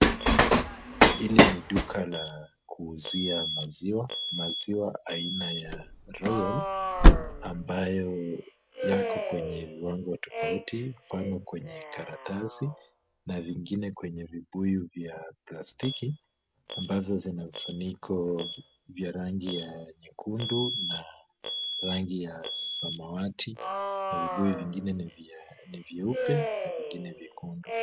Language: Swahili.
Hili ni duka la kuuzia maziwa, maziwa aina ya royal ambayo yako kwenye viwango tofauti mfano kwenye karatasi na vingine kwenye vibuyu vya plastiki ambazo zina vifuniko vya rangi ya nyekundu na rangi ya samawati na vibuyu vingine ni vyeupe na vingine vyekundu.